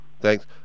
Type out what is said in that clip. Thanks